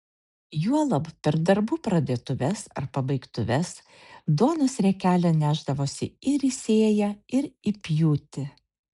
juolab per darbų pradėtuves ar pabaigtuves duonos riekelę nešdavosi ir į sėją ir į pjūtį